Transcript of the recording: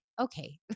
Okay